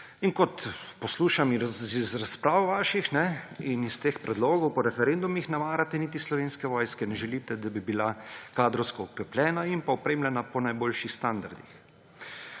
In kot poslušam iz vaših razprav in iz teh predlogov po referendumih, ne marate niti Slovenske vojske, ne želite, da bi bila kadrovsko okrepljena in pa opremljena po najboljših standardih.